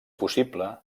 possible